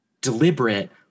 deliberate